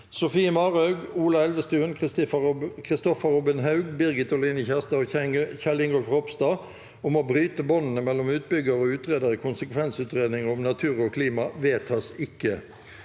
Sofie Marhaug, Ola Elvestuen, Kristoffer Robin Haug, Birgit Oline Kjerstad og Kjell Ingolf Ropstad om å bryte båndene mellom utbygger og utreder i konsekvensutredninger om natur og klima (Innst.